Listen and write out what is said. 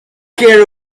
care